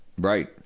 Right